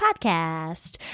podcast